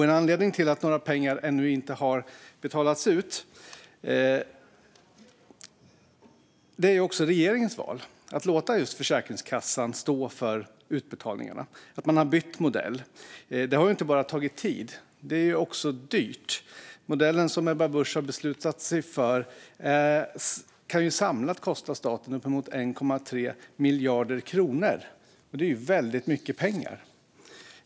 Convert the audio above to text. En anledning till att några pengar ännu inte har betalats ut är att det är regeringens val att låta Försäkringskassan stå för utbetalningarna. Man har bytt modell. Det har inte bara tagit tid utan är också dyrt. Modellen som Ebba Busch har beslutat sig för kan samlat kosta staten uppemot 1,3 miljarder kronor. Det är mycket pengar.